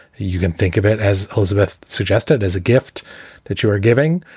you can think of it, as elizabeth suggested, as a gift that you are giving.